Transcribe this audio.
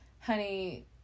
honey